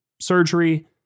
surgery